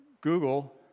Google